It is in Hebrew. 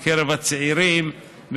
בקרב הצעירים,